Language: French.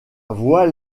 voile